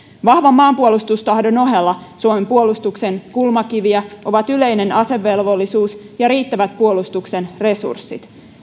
vahvan maanpuolustustahdon ohella suomen puolustuksen kulmakiviä ovat yleinen asevelvollisuus ja riittävät puolustuksen resurssit